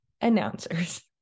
announcers